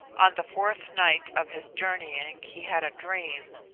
on the fourth night of his journeying he had a dream.